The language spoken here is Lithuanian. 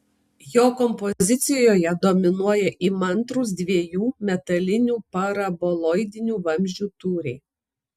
jo kompozicijoje dominuoja įmantrūs dviejų metalinių paraboloidinių vamzdžių tūriai